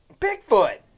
Bigfoot